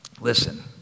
listen